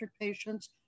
patients